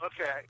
okay